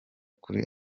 kuri